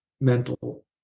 mental